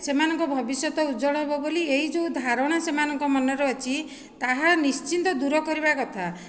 ସେମାନଙ୍କ ଭବିଷ୍ୟତ ଉଜ୍ୱଳ ହେବ ବୋଲି ଏଇ ଯେଉଁ ଧାରଣା ସେମାନଙ୍କ ମନରେ ଅଛି ତାହା ନିଶ୍ଚିନ୍ତ ଦୂରକରିବା କଥା